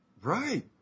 Right